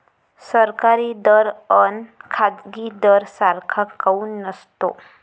सरकारी दर अन खाजगी दर सारखा काऊन नसतो?